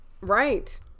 right